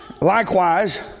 Likewise